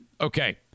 Okay